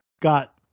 got